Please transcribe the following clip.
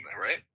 right